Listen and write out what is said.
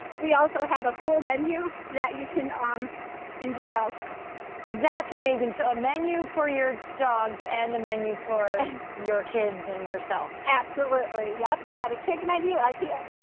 we also ah have a full menu that you can on enjoy also that's amazing so a menu for your dogs and the menu for your kids and yourself absolutely yeah we have a kids menu ikea.